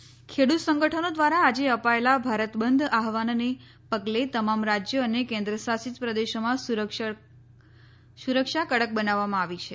ભારત બંધ ખેડૂત સંગઠનો દ્વારા આજે અપાયેલા ભારત બંધ આહવાનને પગલે તમામ રાજ્યો અને કેન્દ્ર શાસિત પ્રદેશોમાં સુરક્ષા કડક બનાવવામાં આવી છે